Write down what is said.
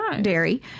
dairy